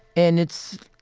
and it's,